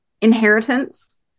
inheritance